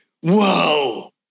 whoa